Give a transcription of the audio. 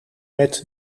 met